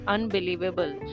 Unbelievable